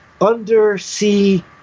undersea